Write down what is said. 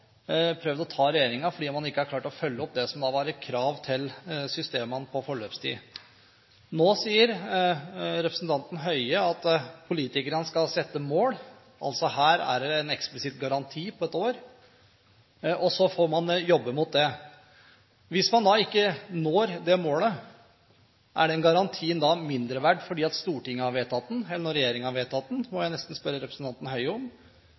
prøvd å ta regjeringen for at den ikke har klart å følge opp det som var et krav til systemene når det gjelder forløpstid. Nå sier representanten Høie at politikerne skal sette seg mål. Her er det altså en eksplisitt garanti på et år, og så får man jobbe mot det. Jeg må nesten spørre representanten Høie: Hvis man ikke når det målet, er den garantien da mindre verd fordi Stortinget har vedtatt den, enn den er når regjeringen har vedtatt den?